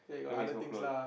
don't be so close